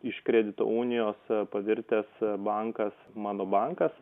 iš kredito unijos pavirtęs bankas mano bankas